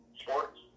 sports